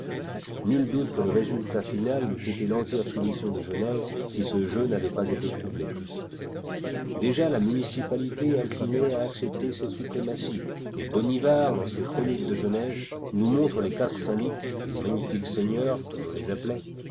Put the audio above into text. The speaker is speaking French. nul doute que le résultat final n'eût été l'entière soumission de genève si ce jeu n'avait pas été troublé déjà la municipalité inclinait à accepter cette suprématie et bonivard dans ses chroniques de genève nous montre les quatre syndics les magnifiques seigneurs comme on les appelait